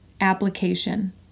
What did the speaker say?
application